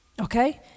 okay